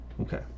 Okay